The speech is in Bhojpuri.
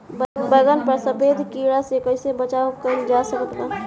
बैगन पर सफेद कीड़ा से कैसे बचाव कैल जा सकत बा?